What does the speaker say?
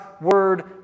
word